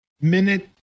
Minute